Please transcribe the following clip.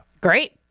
Great